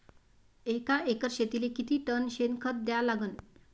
एका एकर शेतीले किती टन शेन खत द्या लागन?